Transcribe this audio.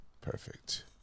Perfect